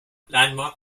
landmark